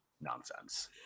nonsense